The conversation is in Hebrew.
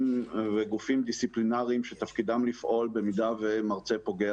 וגופים דיסיפלינריים שתפקידם לשאול במידה שמרצה פוגע